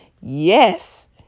yes